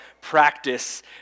practice